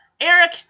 Eric